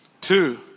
Two